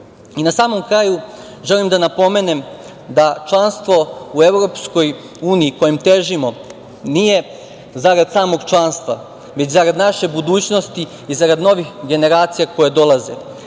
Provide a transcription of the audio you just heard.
samom kraju, želim da napomenem da članstvo u EU, kojem težimo, nije zarad samog članstva, već zarad naše budućnosti i zarad novih generacija koje dolaze.